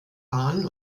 bahn